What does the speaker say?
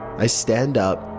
i stand up,